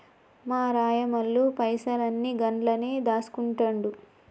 మా రాయమల్లు పైసలన్ని గండ్లనే దాస్కుంటండు